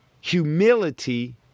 humility